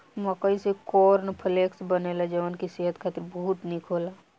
मकई से corn flakes बनेला जवन की सेहत खातिर बहुते निक होला